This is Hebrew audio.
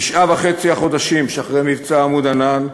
בתשעה וחצי החודשים שאחרי מבצע "עמוד ענן"